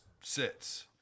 sits